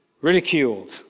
ridiculed